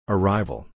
Arrival